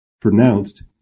pronounced